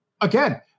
again